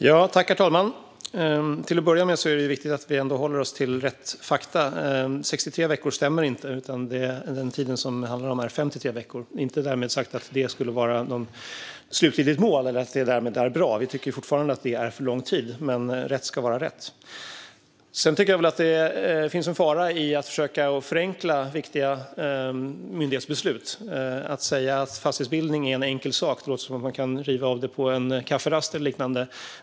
Herr talman! Till att börja med är det viktigt att vi håller oss till rätt fakta. 63 veckor stämmer inte. Den tid det handlar om är 53 veckor. Därmed inte sagt att det skulle vara något slutgiltigt mål eller att det är bra. Vi tycker fortfarande att det är för lång tid. Men rätt ska vara rätt. Det finns också en fara i att försöka förenkla viktiga myndighetsbeslut. När man säger att fastighetsbildning är en enkel sak låter det som att det går att riva av på en kafferast eller liknande.